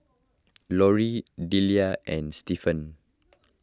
Lorri Delia and Stephan